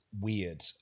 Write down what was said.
weird